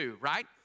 right